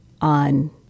on